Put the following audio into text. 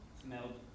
smelled